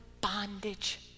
bondage